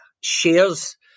shares